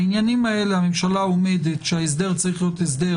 בעניינים האלה הממשלה עומדת שההסדר צריך להיות הסדר